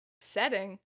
setting